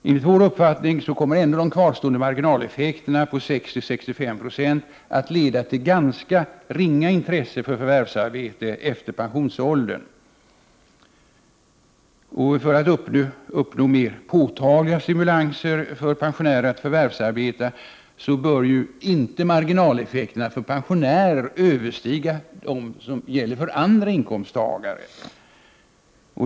Enligt vår uppfattning kommer ändå de kvarstående marginaleffekterna på 60-65 9 att leda till ett ganska ringa intresse för förvärvsarbete efter pensionsåldern. För att uppnå mer påtagliga stimulanser för pensionärer att förvärvsarbeta bör inte marginaleffekterna för pensionärer överstiga dem som gäller för andra inkomsttagare.